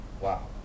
Wow